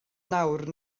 nawr